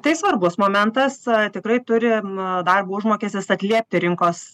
tai svarbus momentas tikrai turi a darbo užmokestis atliepti rinkos